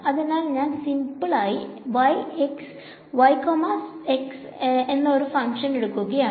അതിനാൽ ഞാൻ സിമ്പിൾ ആയി y x എന്ന ഒരു ഫങ്ക്ഷൻ എടുക്കുകയാണ്